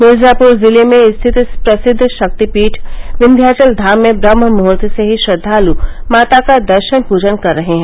मिर्जापुर जिले में स्थित प्रसिद्व शक्तिपीठ विन्ध्याचलधाम में ब्रम्हमुहूर्त से ही श्रद्वालु माता का दर्शन पूजन कर रहे हैं